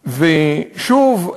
שוב,